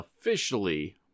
officially